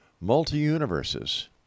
multi-universes